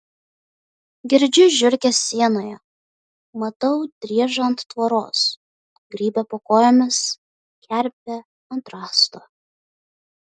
girdžiu žiurkes sienoje matau driežą ant tvoros grybą po kojomis kerpę ant rąsto